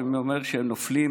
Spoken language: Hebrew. או האם זה אומר שהם נופלים